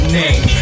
name